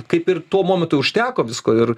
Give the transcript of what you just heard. kaip ir tuo momentu užteko visko ir